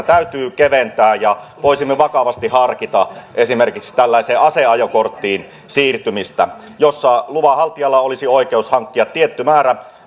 täytyy keventää ja voisimme vakavasti harkita esimerkiksi tällaiseen aseajokorttiin siirtymistä siinä luvan haltijalla olisi oikeus hankkia tietty määrä